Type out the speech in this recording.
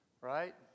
right